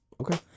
Okay